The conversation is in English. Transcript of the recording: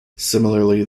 similarly